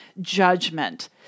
judgment